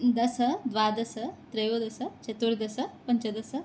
दश द्वादश त्रयोदश चतुर्दश पञ्चदश